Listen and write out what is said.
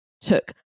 took